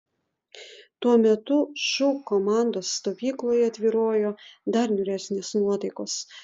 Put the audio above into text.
tuo metu šu komandos stovykloje tvyrojo dar niūresnės nuotaikos